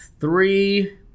three